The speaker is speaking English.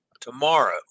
tomorrow